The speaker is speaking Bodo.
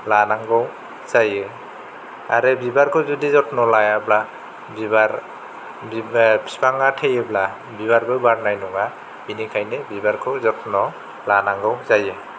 लानांगौ जायो आरो बिबारखौ जुदि जथन' लायाबा बिबार बिब फिफाङा थैयोब्ला बिबारबो बारनाय नङा बेनिखायनो बिबारखौ जथन' लानांगौ जायो